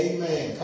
Amen